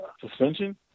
suspension